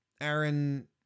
Aaron